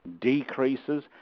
decreases